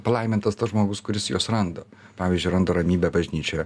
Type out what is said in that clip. palaimintas tas žmogus kuris juos randa pavyzdžiui randa ramybę bažnyčioje